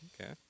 Okay